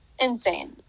insane